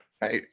Hey